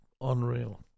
unreal